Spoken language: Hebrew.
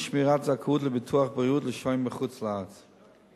שמירת זכאות לביטוח בריאות לשוהים מחוץ לישראל),